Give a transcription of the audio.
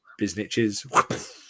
Bizniches